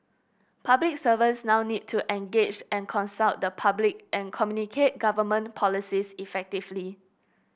public servants now need to engage and consult the public and communicate government policies effectively